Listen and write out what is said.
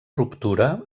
ruptura